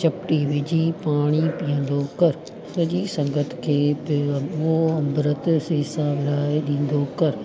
चप्टी विझी पाणी पीअंदो कर सॼी संगत खे उहो अंबृतु सेसा विरिहाए ॾींदो कर